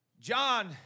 John